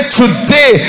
today